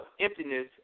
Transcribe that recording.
emptiness